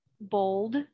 bold